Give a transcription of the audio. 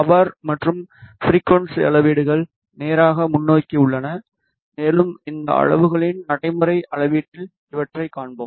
power மற்றும் frequency அளவீடுகள் நேராக முன்னோக்கி உள்ளன மேலும் இந்த அளவுகளின் நடைமுறை அளவீட்டில் இவற்றைக் காண்போம்